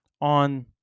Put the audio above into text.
on